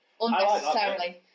unnecessarily